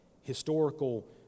historical